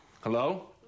hello